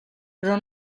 però